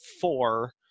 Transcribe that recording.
four